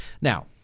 Now